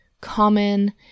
common